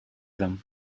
them